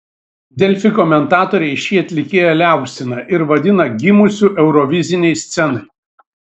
delfi komentatoriai šį atlikėją liaupsina ir vadina gimusiu eurovizinei scenai